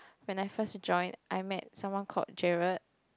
when I first joined I met someone called Jared